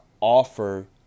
offer